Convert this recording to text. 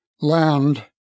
land